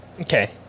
Okay